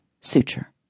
suture